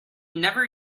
never